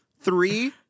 Three